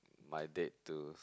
my date to